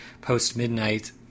post-midnight